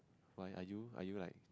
why are you are you like